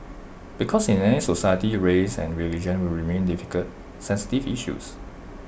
because in any society race and religion will remain difficult sensitive issues